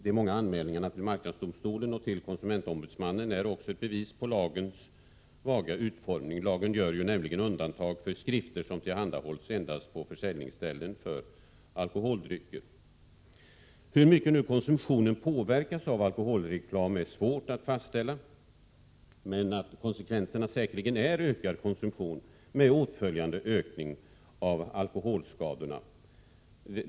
De många anmälningarna till marknadsdomstolen och till konsumentombudsmannen är också ett bevis på lagens vaga utformning. Lagen gör nämligen undantag för skrifter som tillhandahålls endast på försäljningsställen för alkoholdrycker. Hur mycket konsumtionen påverkas av alkoholreklam är svårt att fastställa, men konsekvenserna är säkerligen ökad konsumtion med en åtföljande ökning av alkoholskadorna.